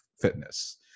fitness